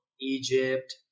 Egypt